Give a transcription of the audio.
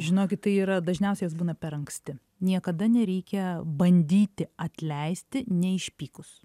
žinokit tai yra dažniausiai jos būna per anksti niekada nereikia bandyti atleisti neišpykus